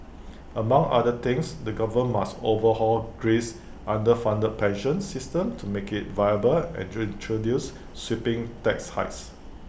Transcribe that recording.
among other things the government must overhaul Greece's underfunded pension system to make IT viable and introduce sweeping tax hikes